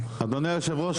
אדוני היו"ר,